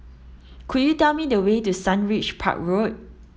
could you tell me the way to Sundridge Park Road